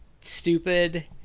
stupid